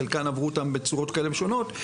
חלקן עברו אותם בצורות כאלה שונות,